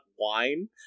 wine